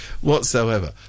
whatsoever